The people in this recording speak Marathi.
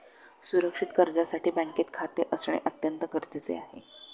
सुरक्षित कर्जासाठी बँकेत खाते असणे अत्यंत गरजेचे आहे